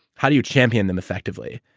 how do you champion them effectively?